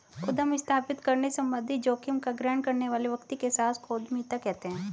उद्यम स्थापित करने संबंधित जोखिम का ग्रहण करने वाले व्यक्ति के साहस को उद्यमिता कहते हैं